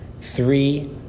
Three